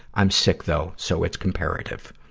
i'm sick, though, so it's comparative.